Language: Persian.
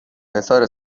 حصار